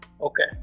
Okay